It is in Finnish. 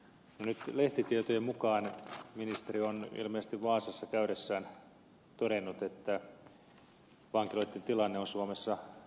nyt lehtitietojen mukaan ministeri on ilmeisesti vaasassa käydessään todennut että vankiloitten tilanne on suomessa kriisiytynyt